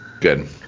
Good